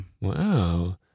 Wow